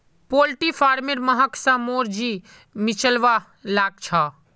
poultry farmer महक स मोर जी मिचलवा लाग छ